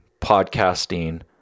podcasting